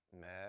mad